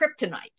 kryptonite